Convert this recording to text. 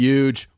Huge